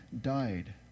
died